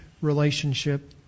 relationship